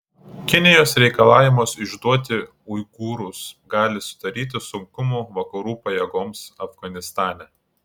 kinijos reikalavimas išduoti uigūrus gali sudaryti sunkumų vakarų pajėgoms afganistane